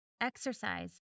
exercise